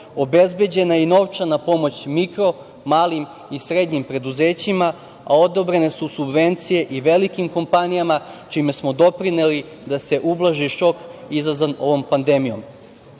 obezbeđena je i novčana pomoć mikro, malim i srednjim preduzećima, a odobrene su subvencije i velikim kompanijama, čime smo doprineli da se ublaži šok izazvan ovom